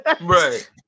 Right